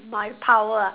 my power ah